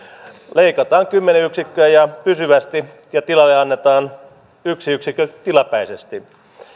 leikataan kymmenen yksikköä pysyvästi ja tilalle annetaan yksi yksikkö tilapäisesti